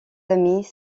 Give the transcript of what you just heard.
amis